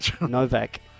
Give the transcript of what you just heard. Novak